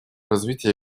развития